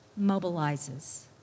mobilizes